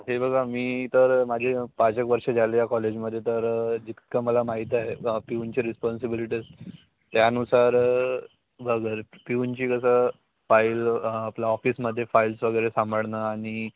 हे बघ मी तर माझे पाचएक वर्ष झाले या कॉलेजमध्ये तर जितकं मला माहीत आहे पिऊनचे रिस्पॉन्सिबिलिटीज त्यानुसार घर पिऊनची कसं फाईल आपल्या ऑफिसमध्ये फाईल्स वगैरे सांभाळणं आणि